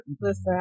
listen